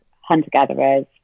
hunter-gatherers